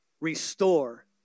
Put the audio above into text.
Restore